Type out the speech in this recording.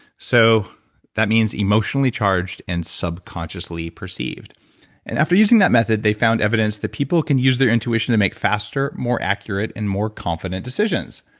so that means emotionally charged and subconsciously perceived and after using that method, they found evidence that people can use their intuition to make faster, more accurate, and more confident decisions.